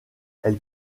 elle